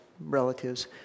relatives